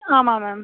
ஆமாம் மேம்